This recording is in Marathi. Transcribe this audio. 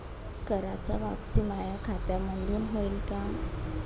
कराच वापसी माया खात्यामंधून होईन का?